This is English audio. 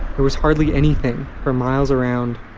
there was hardly anything for miles around,